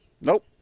Nope